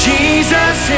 Jesus